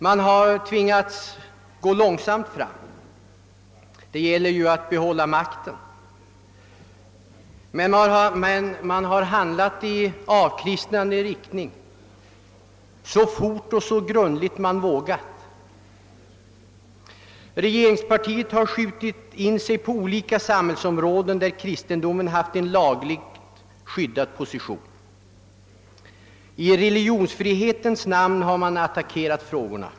De har tvingats att gå långsamt fram — det gäller ju att behålla makten! — men de har handlat i avkristnande riktning så fort och så grundligt som de vågat. Regeringspartiet har skjutit in sig på olika samhällsområden där kristendomen haft en lagligt skyddad position. I religionsfrihetens namn har man attackerat frågorna.